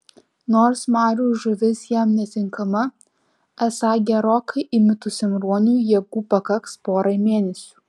nors marių žuvis jam netinkama esą gerokai įmitusiam ruoniui jėgų pakaks porai mėnesių